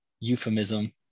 euphemism